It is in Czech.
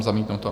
Zamítnuto.